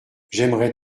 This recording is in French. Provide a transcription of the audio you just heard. j’aimerais